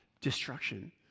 destruction